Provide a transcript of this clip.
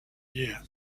year